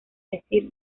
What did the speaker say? decir